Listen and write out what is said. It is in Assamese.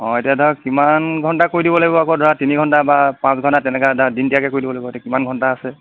অঁ এতিয়া ধৰা কিমান ঘণ্টা কৰি দিব লাগিব আকৌ ধৰা তিনি ঘণ্টা বা পাঁচ ঘণ্টা তেনেকৈ ধৰা দিনতীয়াকৈ কৰি দিব লাগিব এতিয়া কিমান ঘণ্টা আছে